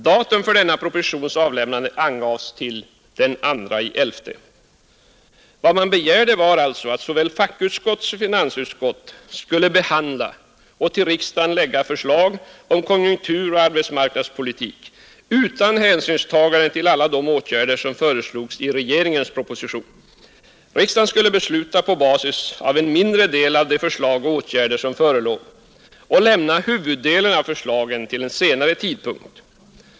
Datum för denna propositions avlämnande angavs till den 2 november. Vad man begärde var alltså att såväl fackutskott som finansutskott skulle behandla och för riksdagen framlägga förslag om konjunkturoch arbetsmarknadspolitik utan hänsynstagande till alla de åtgärder som föreslogs i regeringens proposition. Riksdagen skulle besluta på basis av en mindre del av de förslag till åtgärder som förelåg och lämna huvuddelen av förslagen till en senare tidpunkt.